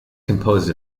composed